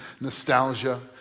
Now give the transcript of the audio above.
nostalgia